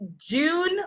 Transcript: June